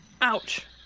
Ouch